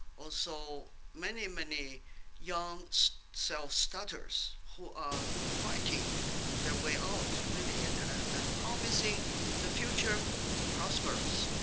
also many, many young so self-starters who are fighting their way out with the internet and promising the future prosperous.